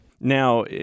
Now